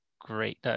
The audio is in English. great